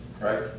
right